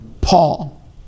Paul